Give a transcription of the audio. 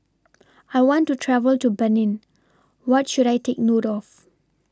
I want to travel to Benin What should I Take note of